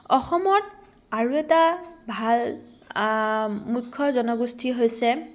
অসমত আৰু এটা ভাল মুখ্য জনগোষ্ঠী হৈছে